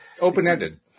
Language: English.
open-ended